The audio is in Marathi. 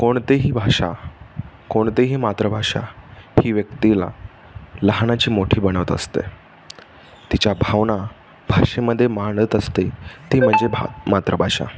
कोणतेही भाषा कोणतेही मातृभाषा ही व्यक्तीला लहानाची मोठी बनवत असते तिच्या भावना भाषेमध्ये मांडत असते ती म्हणजे भा मातृभाषा